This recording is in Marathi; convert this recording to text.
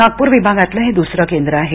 नागपूर विभागातलं हे दुसरं केंद्र आहे